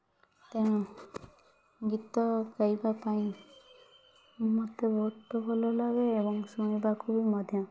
ତେଣୁ ଗୀତ ଗାଇବା ପାଇଁ ମୋତେ ବହୁତ ଭଲ ଲାଗେ ଏବଂ ଶୁଣିବାକୁ ବି ମଧ୍ୟ